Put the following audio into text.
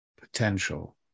potential